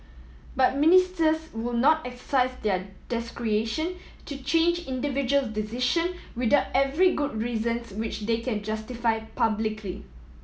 but Ministers will not exercise their discretion to change individuals decision without every good reasons which they can justify publicly